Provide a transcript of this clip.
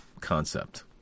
concept